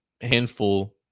handful